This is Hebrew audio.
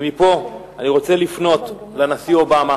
ומפה אני רוצה לפנות לנשיא אובמה